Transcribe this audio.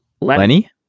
lenny